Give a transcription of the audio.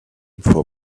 for